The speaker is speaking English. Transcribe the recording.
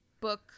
book